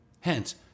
Hence